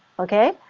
okay,